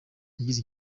yagize